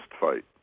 fight